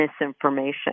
misinformation